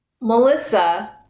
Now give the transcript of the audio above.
Melissa